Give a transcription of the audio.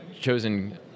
chosen